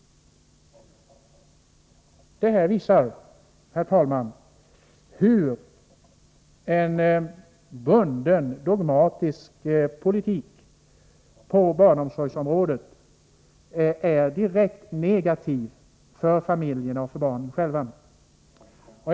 Detta visar, herr talman, hur en bunden dogmatisk politik på barnomsorgsområdet är direkt negativ för familjerna och för barnen själva.